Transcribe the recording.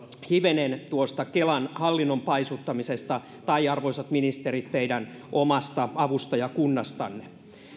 hivenen tuosta kelan hallinnon paisuttamisesta tai arvoisat ministerit teidän omasta avustajakunnastanne